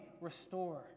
restore